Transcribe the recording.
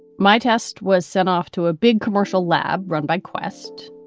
my test was sent off to a big commercial lab run by quest,